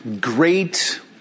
great